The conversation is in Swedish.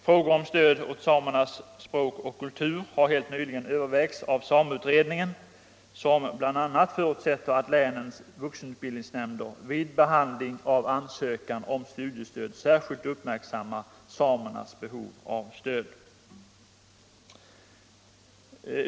Frågor om stöd åt samernas språk och kultur har helt nyligen övervägts av sameutredningen, som bl.a. förutsätter att länens vuxenutbildningsnämnder vid behandling av ansökan om studiestöd särskilt uppmärksammar samernas behov av stöd.